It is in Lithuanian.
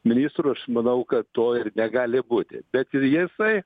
ministrų aš manau kad to ir negali būti bet ir jisai